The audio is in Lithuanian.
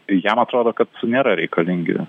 jam atrodo kad nėra reikalingi